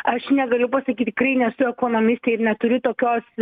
aš negaliu pasakyti tikrai nesu ekonomistė ir neturiu tokios